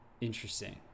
Interesting